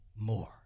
more